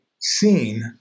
seen